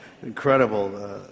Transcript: Incredible